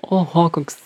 oho koks